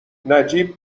نجیب